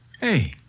Hey